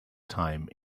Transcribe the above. time